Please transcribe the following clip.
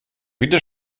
wieder